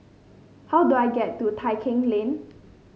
how do I get to Tai Keng Lane